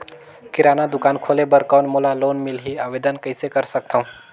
किराना दुकान खोले बर कौन मोला लोन मिलही? आवेदन कइसे कर सकथव?